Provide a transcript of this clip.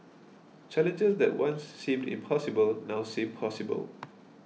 challenges that once seemed impossible now seem possible